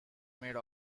made